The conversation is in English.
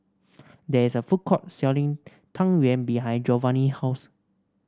there is a food court selling Tang Yuen behind Jovanny's house